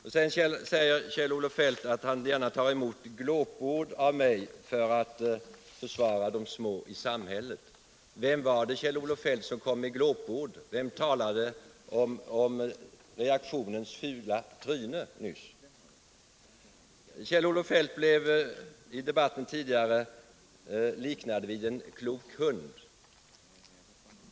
Kjell-Olof Feldt säger sedan att han gärna tar emot glåpord av mig för att försvara de små i samhället. Men vem vardet, Kjell-Olof Feldt, som kom med glåpord? Vem talade om ”reaktionens fula tryne”? Kjell-Olof Feldt blev i debatten tidigare liknad vid en klok hund.